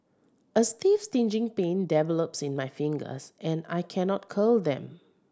a stiff stinging pain develops in my fingers and I cannot curl them